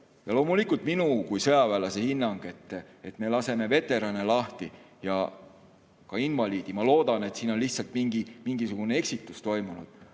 Loomulikult, minu kui sõjaväelase hinnang on, et kui me laseme veterane lahti ja ka invaliidi – ma loodan, et siin on lihtsalt mingisugune eksitus toimunud